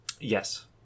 Yes